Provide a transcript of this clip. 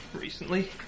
recently